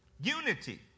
unity